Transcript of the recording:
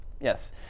yes